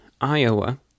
Iowa